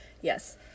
Yes